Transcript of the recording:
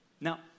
now